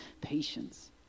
patience